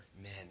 men